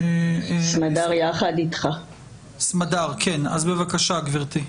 סמדר, בבקשה גבירתי.